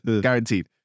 guaranteed